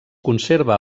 conserva